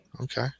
okay